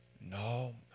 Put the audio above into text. No